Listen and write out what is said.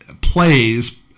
plays